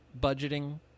budgeting